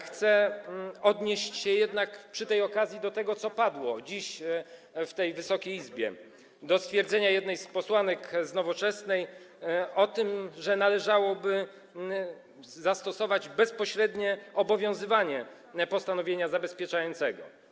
Chcę odnieść się jednak przy tej okazji do tego, co padło dziś w Wysokiej Izbie, do stwierdzenia jednej z posłanek z Nowoczesnej o tym, że należałoby zastosować bezpośrednie obowiązywanie postanowienia zabezpieczającego.